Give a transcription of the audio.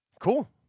cool